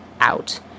out